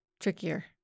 trickier